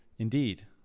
Indeed